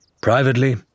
Privately